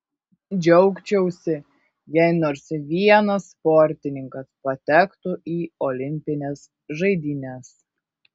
džiaugčiausi jei nors vienas sportininkas patektų į olimpines žaidynes